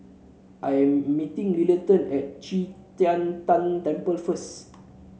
I am meeting Littleton at Qi Tian Tan Temple first